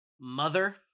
Mother